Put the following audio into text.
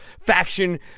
faction